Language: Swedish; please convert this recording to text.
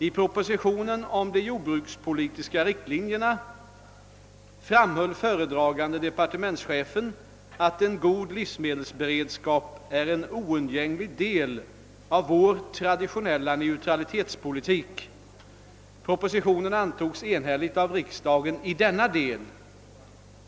I propositionen om de jordbrukspolitiska riktlinjerna framhöll föredragande departementschefen att en god livsmedelsberedskap är en oundgänglig del av vår traditionella neutralitetspolitik. Propositionen antogs enhälligt av riksdagen i denna del.